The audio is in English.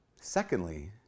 Secondly